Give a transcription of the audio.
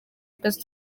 twese